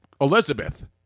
Elizabeth